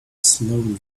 slowly